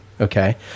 okay